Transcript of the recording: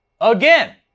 again